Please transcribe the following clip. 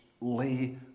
lay